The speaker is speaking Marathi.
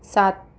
सात